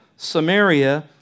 Samaria